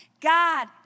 God